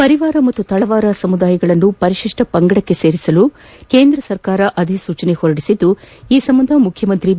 ಪರಿವಾರ ಮತ್ತು ತಳವಾರ ಸಮುದಾಯವನ್ನು ಪರಿಶಿಷ್ಕ ಪಂಗಡಕ್ಕೆ ಸೇರಿಸಲು ಕೇಂದ್ರ ಸರ್ಕಾರ ಅಧಿಸೂಚನೆ ಹೊರಡಿಸಿದ್ಲು ಈ ಸಂಬಂಧ ಮುಖ್ಯಮಂತ್ರಿ ಬಿ